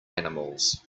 animals